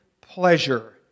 pleasure